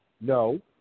No